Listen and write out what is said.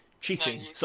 cheating